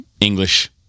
English